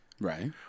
Right